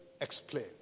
explain